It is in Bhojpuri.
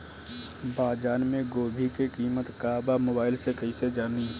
बाजार में गोभी के कीमत का बा मोबाइल से कइसे जानी?